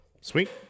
Sweet